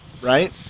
right